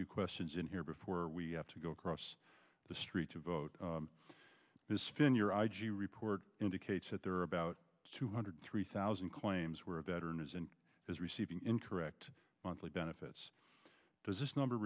few questions in here before we have to go across the street to vote this spin your i g report indicates that there are about two hundred three thousand claims where a veteran is and is receiving incorrect monthly benefits does this number